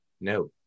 No